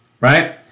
right